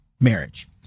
marriage